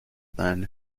then